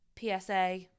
PSA